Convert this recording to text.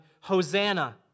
Hosanna